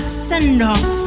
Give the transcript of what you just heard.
send-off